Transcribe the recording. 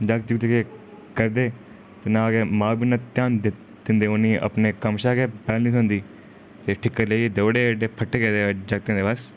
जागत जुगत गै करदे नां गै मां बब्ब इन्ना ध्यान दि दिंदे उ'नें ई अपने कम्म शा गै बैह्ल नेईं थ्होंदी ते ठीकर लेइयै देई ओड़े एह्डे फट्टे गेदे जागतें ई ते बस